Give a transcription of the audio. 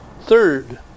third